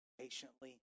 patiently